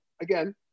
again